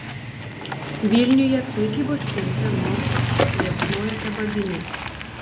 vilniuje prekybos centre norfa užsiliepsnojo kebabinė